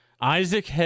Isaac